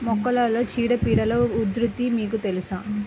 మొక్కలలో చీడపీడల ఉధృతి మీకు తెలుసా?